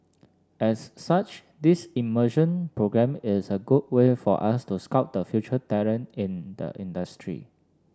as such this immersion programme is a good way for us to scout of the future talent in the industry